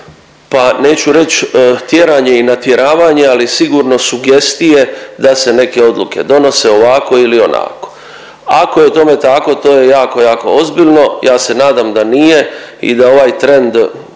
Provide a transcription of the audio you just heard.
pa neću reć tjeranje i natjeravanje ali sigurno sugestije da se neke odluke donose ovako ili onako ako je tome tako to je jako, jako ozbiljno. Ja se nadam da nije i da ovaj trend